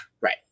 right